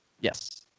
Yes